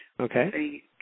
Okay